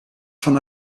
van